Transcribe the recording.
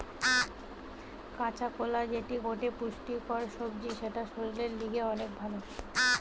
কাঁচা কোলা যেটি গটে পুষ্টিকর সবজি যেটা শরীরের লিগে অনেক ভাল